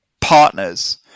partners